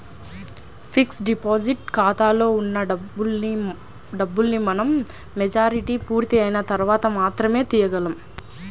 fixed deposit ఖాతాలో ఉన్న డబ్బుల్ని మనం మెచ్యూరిటీ పూర్తయిన తర్వాత మాత్రమే తీయగలం